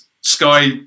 Sky